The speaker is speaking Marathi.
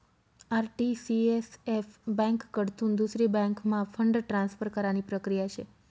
आर.टी.सी.एस.एफ ब्यांककडथून दुसरी बँकम्हा फंड ट्रान्सफर करानी प्रक्रिया शे